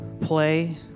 play